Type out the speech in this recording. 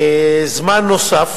זמן נוסף